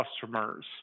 customers